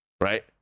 right